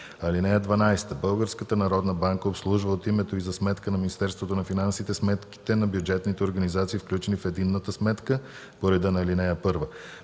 (12) Българската народна банка обслужва от името и за сметка на Министерството на финансите сметките на бюджетните организации, включени в единната сметка по реда на ал. 1.